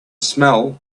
smell